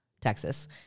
Texas